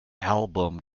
album